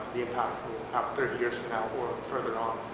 the impact have thirty years from now, or further on?